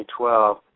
2012